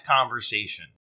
conversation